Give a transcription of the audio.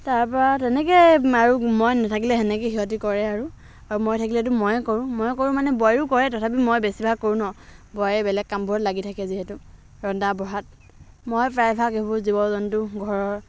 তাৰপৰা তেনেকৈ আৰু মই নাথাকিলে সেনেকৈ সিহঁতি কৰে আৰু আৰু মই থাকিলেতো ময়েই কৰোঁ ময়েই কৰোঁ মানে বোৱাৰীয়েও কৰে তথাপি মই বেছিভাগ কৰোঁ ন' বোৱাৰীয়ে বেলেগ কামবোৰত লাগি থাকে যিহেতু ৰন্ধা বঢ়াত মই প্ৰায়ভাগ এইবোৰ জীৱ জন্তু ঘৰৰ